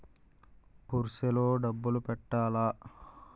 Purse లో డబ్బులు పెట్టలా?